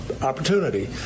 opportunity